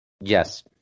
Yes